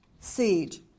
siege